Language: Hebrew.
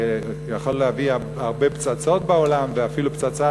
יכול להביא הרבה פצצות בעולם ואפילו פצצת